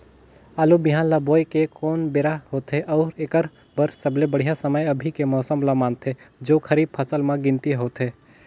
आलू बिहान ल बोये के कोन बेरा होथे अउ एकर बर सबले बढ़िया समय अभी के मौसम ल मानथें जो खरीफ फसल म गिनती होथै?